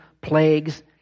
plagues